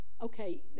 okay